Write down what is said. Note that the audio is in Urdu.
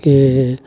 یہ